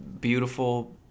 beautiful